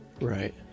Right